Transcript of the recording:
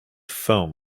foam